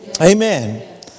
Amen